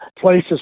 places